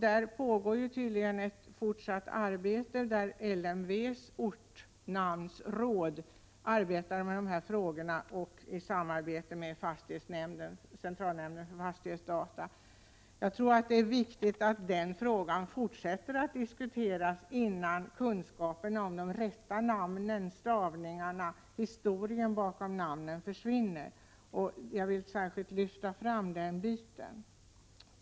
Det pågår tydligen ett arbete där LMV:s ortnamnsråd samarbetar i dessa frågor med centralnämnden för fastighetsdata. Det är viktigt att man fortsätter att diskutera denna fråga innan kunskapen om de rätta namnen, stavningarna och historien bakom namnen försvinner. Jag vill särskilt lyfta fram den biten.